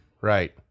right